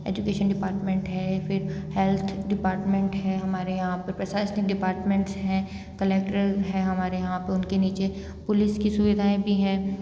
education department है फिर health department है हमारे यहाँ पर प्राशनिक डिपार्टमेंट्स है कलेक्ट्रल है हमारे यहाँ पर उनके नीचे पुलिस की सुविधाएँ भी है